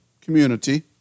community